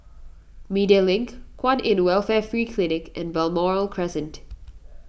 Media Link Kwan in Welfare Free Clinic and Balmoral Crescent